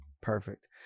Perfect